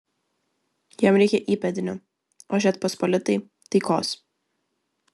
jam reikia įpėdinio o žečpospolitai taikos